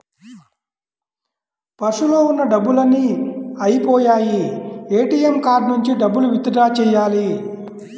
పర్సులో ఉన్న డబ్బులన్నీ అయ్యిపొయ్యాయి, ఏటీఎం కార్డు నుంచి డబ్బులు విత్ డ్రా చెయ్యాలి